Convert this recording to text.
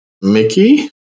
Mickey